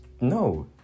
no